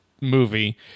movie